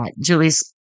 Julie's